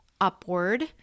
upward